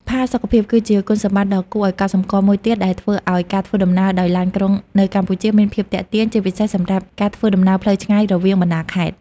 ផាសុកភាព គឺជាគុណសម្បត្តិដ៏គួរឲ្យកត់សម្គាល់មួយទៀតដែលធ្វើឱ្យការធ្វើដំណើរដោយឡានក្រុងនៅកម្ពុជាមានភាពទាក់ទាញ ជាពិសេសសម្រាប់ការធ្វើដំណើរផ្លូវឆ្ងាយរវាងបណ្ដាខេត្ត។